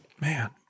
Man